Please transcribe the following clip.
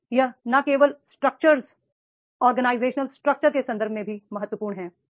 अब यह न केवल स्ट्रक्चर ऑर्गेनाइजेशनल स्ट्रक्चर के संदर्भ में भी महत्वपूर्ण है